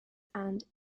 and